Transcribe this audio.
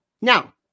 Now